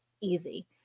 easy